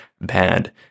bad